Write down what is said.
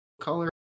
color